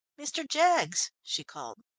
mr. jaggs! she called.